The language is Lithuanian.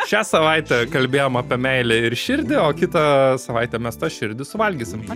šią savaitę kalbėjom apie meilę ir širdį o kitą savaitę mes tą širdį suvalgysim